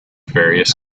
various